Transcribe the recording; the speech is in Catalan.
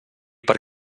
per